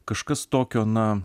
kažkas tokio na